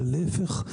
להיפך,